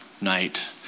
night